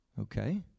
Okay